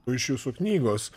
o iš jūsų knygos